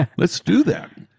and let's do that.